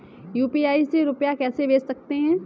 UPI से रुपया कैसे भेज सकते हैं?